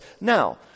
Now